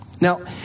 Now